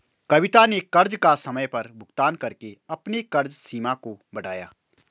कविता ने कर्ज का समय पर भुगतान करके अपने कर्ज सीमा को बढ़ाया